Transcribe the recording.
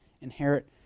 inherit